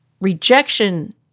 rejection